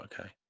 okay